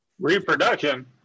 Reproduction